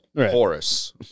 Horus